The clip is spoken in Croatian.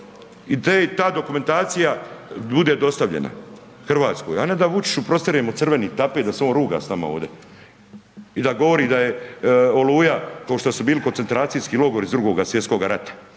KOS-a ta dokumentacija bude dostavljena Hrvatskoj a ne da Vučiću prostiremo crveni tapir da se on ruga s nama ovdje i da govori da je Oluja kao što su bili koncentracijski logori iz II. svj. rata.